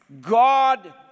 God